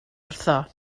wrtho